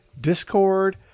Discord